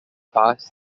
pass